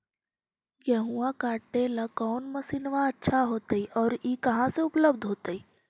गेहुआ काटेला कौन मशीनमा अच्छा होतई और ई कहा से उपल्ब्ध होतई?